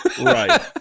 Right